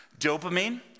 Dopamine